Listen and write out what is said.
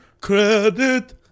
credit